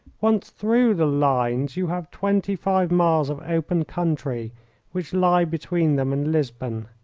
once through the lines you have twenty-five miles of open country which lie between them and lisbon.